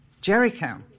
Jericho